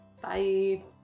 Bye